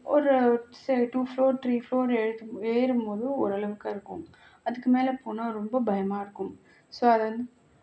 ஒரு செ two floor three floor ஏறு ஏறும் போதும் ஓரளவுக்கு இருக்கும் அதுக்கு மேலே போனால் ரொம்ப பயமாக இருக்கும் ஸோ அதை வந்து